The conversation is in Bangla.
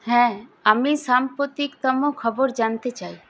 হ্যাঁ আমি সাম্প্রতিকতম খবর জানতে চাই